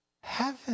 heaven